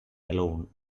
alone